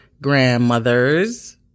grandmothers